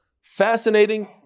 fascinating